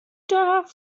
darf